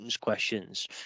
questions